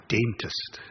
Dentist